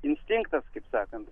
instinktas kaip sakant